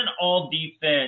all-defense